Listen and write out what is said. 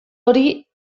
hori